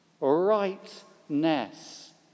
rightness